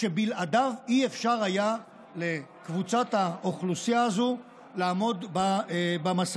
שבלעדיו לא היה אפשרי לקבוצת האוכלוסייה הזאת לעמוד במשא.